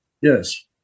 Yes